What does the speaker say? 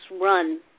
run